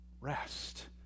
rest